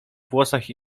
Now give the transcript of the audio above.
włosach